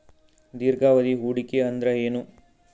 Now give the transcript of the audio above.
ದೀರ್ಘಾವಧಿ ಹೂಡಿಕೆ ಅಂದ್ರ ಏನು?